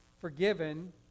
forgiven